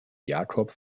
jakob